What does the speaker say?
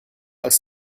als